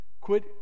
Quit